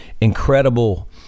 incredible